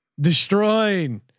destroying